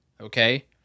okay